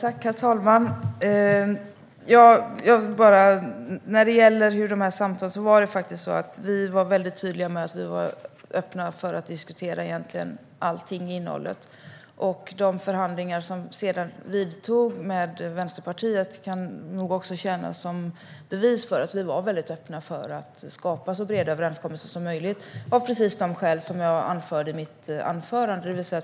Herr talman! När det gäller samtalen var vi väldigt tydliga med att vi var öppna för att diskutera egentligen allting i innehållet. De förhandlingar som sedan vidtogs med Vänsterpartiet kan nog tjäna som bevis för att vi var väldigt öppna för att skapa så breda överenskommelser som möjligt av precis de skäl som jag angav i mitt anförande.